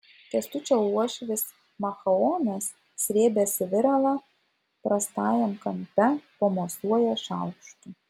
kęstučio uošvis machaonas srėbęs viralą prastajam kampe pamosuoja šaukštu